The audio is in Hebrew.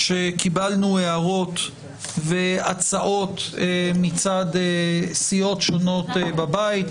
שקיבלנו הערות והצעות מצד סיעות שונות בבית.